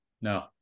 No